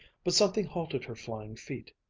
but something halted her flying feet.